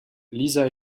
lisa